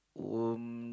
um